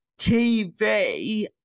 TV